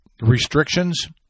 restrictions